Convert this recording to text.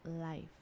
life